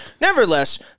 nevertheless